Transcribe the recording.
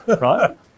right